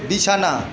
বিছানা